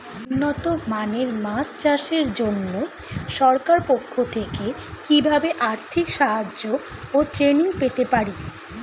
উন্নত মানের মাছ চাষের জন্য সরকার পক্ষ থেকে কিভাবে আর্থিক সাহায্য ও ট্রেনিং পেতে পারি?